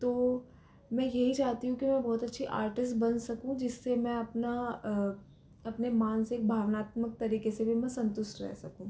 तो मैं यही चाहती हूँ कि मैं बहुत अच्छी आर्टीस्ट बन सकूँ जिससे मैं अपना अपने मानसिक भावनात्मक तरीक से भी मैं संतुष्ट रहे सकूँ